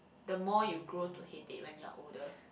the more you grow to hate it when you are older